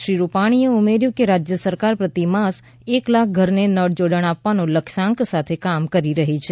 શ્રી રૂપાણીએ ઉમેર્યું કે રાજ્ય સરકાર પ્રતિ માસ એક લાખ ઘરને નળ જોડાણો આપવાના લક્ષ્યાંક સાથે કામ કરી રહી છે